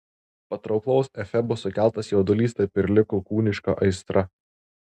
patrauklaus efebo sukeltas jaudulys taip ir liko tik kūniška aistra